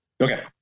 Okay